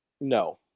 No